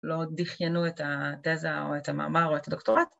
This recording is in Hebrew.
‫לא דחיינו את התזה ‫או את המאמר או את הדוקטורט?